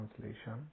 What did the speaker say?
Translation